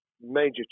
major